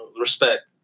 respect